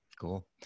Cool